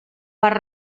per